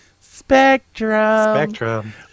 Spectrum